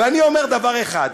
ואני אומר דבר אחד,